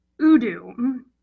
Udu